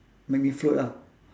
make me float ah